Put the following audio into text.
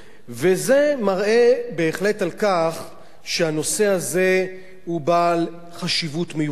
וזה מראה שהנושא הזה הוא בעל חשיבות מיוחדת.